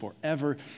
forever